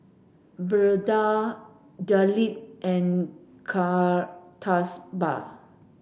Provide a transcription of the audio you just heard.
Birbal Dilip and Kasturba